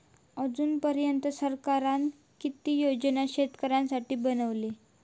अजून पर्यंत सरकारान किती योजना शेतकऱ्यांसाठी बनवले?